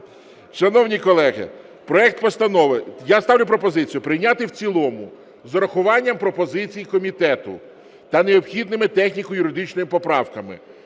Шановні колеги, я ставлю пропозицію прийняти в цілому з урахуванням пропозицій комітету та необхідними техніко-юридичними поправками